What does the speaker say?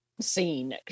scene